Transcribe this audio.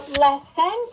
lesson